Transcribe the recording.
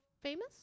Famous